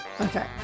okay